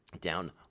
down